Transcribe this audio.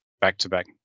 back-to-back